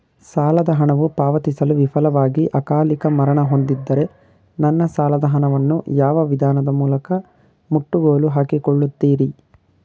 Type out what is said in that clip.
ಸಾಲದ ಹಣವು ಪಾವತಿಸಲು ವಿಫಲವಾಗಿ ಅಕಾಲಿಕ ಮರಣ ಹೊಂದಿದ್ದರೆ ನನ್ನ ಸಾಲದ ಹಣವನ್ನು ಯಾವ ವಿಧಾನದ ಮೂಲಕ ಮುಟ್ಟುಗೋಲು ಹಾಕಿಕೊಳ್ಳುತೀರಿ?